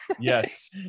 Yes